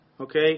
Okay